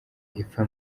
ipfa